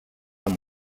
amb